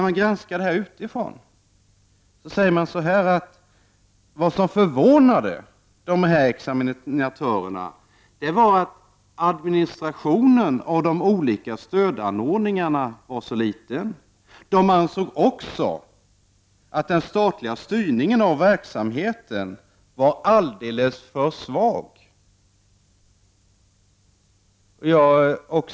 Men, Ingrid Sundberg, vad som förvånade dessa examinatörer var att administrationen av de olika stödanordningarna var så liten. De ansåg också att den statliga styrningen av verksamheten var alldeles för svag.